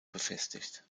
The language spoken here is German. befestigt